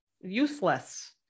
Useless